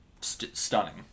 stunning